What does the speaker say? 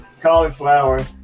cauliflower